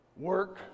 work